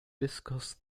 discussed